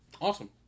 Awesome